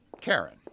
Karen